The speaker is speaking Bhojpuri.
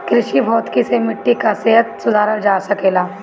कृषि भौतिकी से मिट्टी कअ सेहत सुधारल जा सकेला